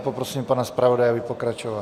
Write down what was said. Poprosím pana zpravodaje, aby pokračoval.